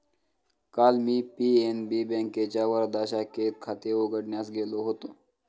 काल मी पी.एन.बी बँकेच्या वर्धा शाखेत खाते उघडण्यास गेलो होतो